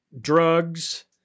drugs